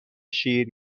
شیر